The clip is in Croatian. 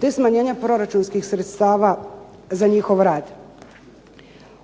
te smanjenja proračunskih sredstava za njihov rad.